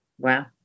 Wow